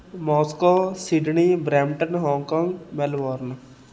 Moscow Sydney Brampton Hong Kong Melbourne